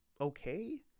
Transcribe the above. okay